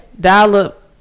dial-up